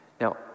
Now